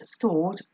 thought